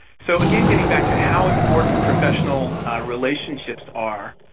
so, again, getting back to how important professional relationships are.